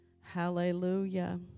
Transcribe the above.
Hallelujah